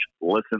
listen